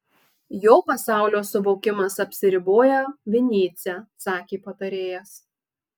jo pasaulio suvokimas apsiriboja vinycia sakė patarėjas